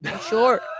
Sure